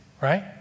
right